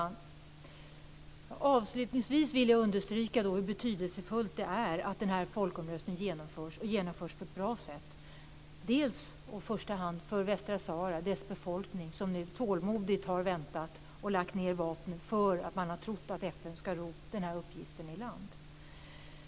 Fru talman! Avslutningsvis vill jag understryka hur betydelsefullt det är att folkomröstningen genomförs och att den genomförs på ett bra sätt, i första hand för Västsaharas befolknings skull som tålmodigt har väntat och lagt ned vapnen för att de har trott att FN ska ro den här uppgiften i land.